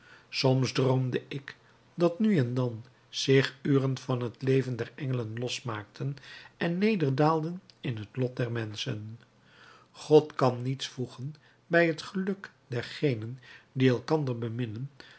soms droomde ik dat nu en dan zich uren van het leven der engelen losmaakten en nederdaalden in het lot der menschen god kan niets voegen bij het geluk dergenen die elkander